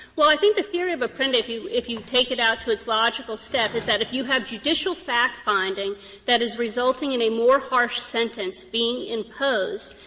well, i think the theory of apprendi if you if you take it out to its logical step is that if you have judicial fact finding that is resulting in a more harsh sentence being imposed,